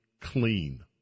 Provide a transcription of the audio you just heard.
clean